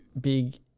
big